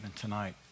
tonight